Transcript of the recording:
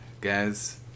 guys